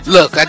Look